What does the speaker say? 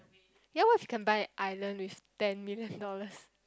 ya can buy island with ten million dollars